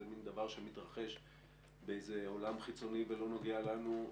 מין דבר שמתרחש בעולם חיצוני ולא נוגע לנו,